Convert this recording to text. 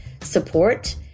support